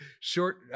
short